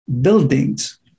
buildings